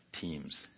teams